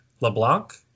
LeBlanc